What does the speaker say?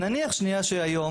נניח שהיום